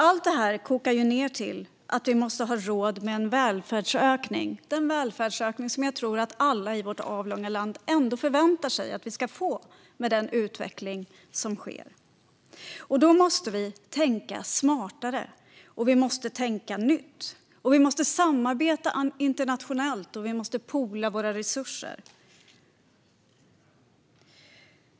Allt detta kokar ned till att vi måste ha råd med en välfärdsökning, den välfärdsökning som jag tror att alla i vårt avlånga land förväntar sig att vi ska få med den utveckling som sker. Då måste vi tänka smartare, och vi måste tänka nytt. Vi måste samarbeta internationellt, och vi måste poola våra resurser.